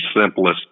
simplest